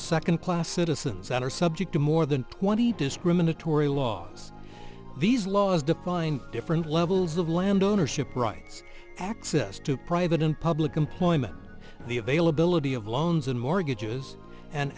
second class citizens and are subject to more than twenty discriminatory laws these laws define different levels of land ownership rights access to private and public employment the availability of loans and mortgages an